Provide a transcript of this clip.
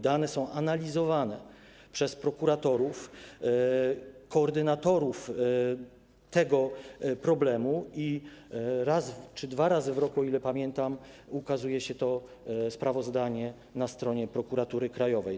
Dane są analizowane przez prokuratorów, koordynatorów tego problemu i raz czy dwa razy w roku, o ile pamiętam, ukazuje się to sprawozdanie na stronie Prokuratury Krajowej.